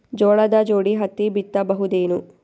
ಜೋಳದ ಜೋಡಿ ಹತ್ತಿ ಬಿತ್ತ ಬಹುದೇನು?